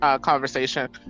conversation